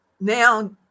now